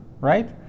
Right